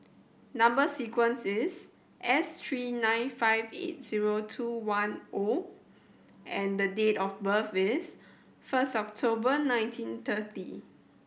number sequence is S three nine five eight zero two one O and the date of birth is first October nineteen thirty